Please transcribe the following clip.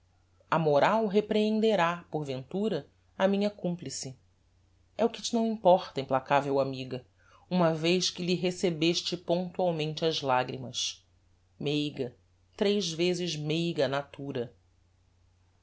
a moral reprehenderá porventura a minha complice é o que te não importa implacavel amiga uma vez que lhe recebeste pontualmente as lagrimas meiga tres vezes meiga natura